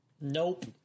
Nope